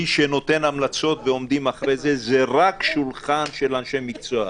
מי שנותן המלצות ועומדים מאחוריו זה רק שולחן של אנשי מקצוע.